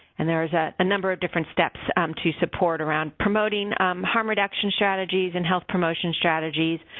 and there is a ah number of different steps to support around promoting harm reduction strategies and health promotion strategies,